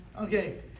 Okay